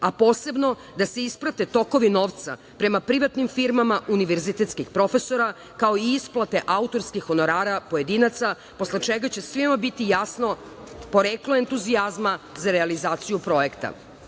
a posebno da se isprate tokovi novca prema privatnim firmama univerzitetskih profesora, kao i isplate autorskih honorara pojedinaca, posle čega će svima biti jasno poreklo entuzijazma za realizaciju projekta. Navedeni